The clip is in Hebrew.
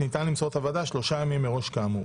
ניתן למסור את ההזמנה שלושה ימים מראש כאמור.